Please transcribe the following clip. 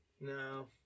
No